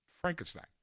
Frankenstein